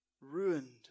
ruined